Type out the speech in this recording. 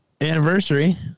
anniversary